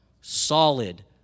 solid